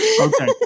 Okay